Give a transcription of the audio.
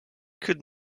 could